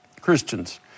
Christians